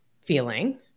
feeling